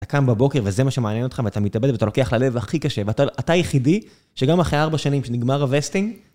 אתה קם בבוקר וזה מה שמעניין אותך, ואתה מתאבד, ואתה לוקח ללב הכי קשה, ואתה היחידי שגם אחרי ארבע שנים שנגמר הווסטינג,